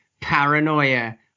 paranoia